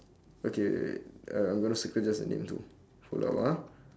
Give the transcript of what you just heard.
okay wait wait wait uh I'm going to circle just the name too hold on ah